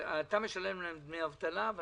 אתה משלם להם דמי אבטלה אבל